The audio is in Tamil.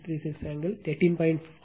36 ஆங்கிள் 13